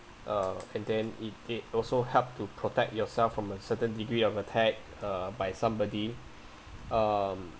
uh and then it they also help to protect yourself from a certain degree of attack uh by somebody um